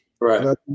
right